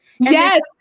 Yes